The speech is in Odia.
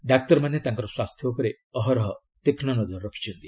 ଡାକ୍ତରମାନେ ତାଙ୍କର ସ୍ୱାସ୍ଥ୍ୟ ଉପରେ ଅହରହ ତୀକ୍ଷ୍ଣ ନଜର ରଖିଛନ୍ତି